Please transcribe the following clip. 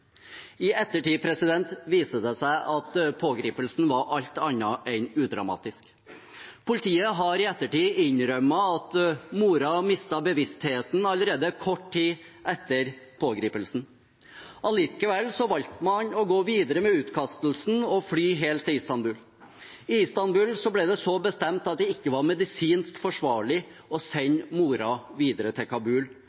I ettertid viser det seg at pågripelsen var alt annet en udramatisk. Politiet har i ettertid innrømmet at moren mistet bevisstheten allerede kort tid etter pågripelsen. Likevel valgte man å gå videre med utkastelsen og fly helt til Istanbul. I Istanbul ble det så bestemt at det ikke var medisinsk forsvarlig å